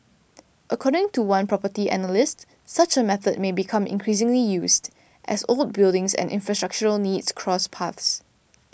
according to one property analyst such a method may become increasingly used as old buildings and infrastructural needs cross paths